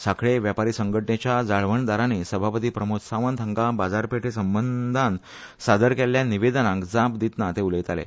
सांखळी वेपारी संघटणेच्या जाळवणदारांनी सभापती प्रमोद सावंत हांकां बाजारपेठे संबंदान सादर केल्ल्या निवेदनांत जाप दितना ते उलयताले